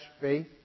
faith